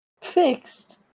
fixed